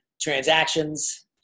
transactions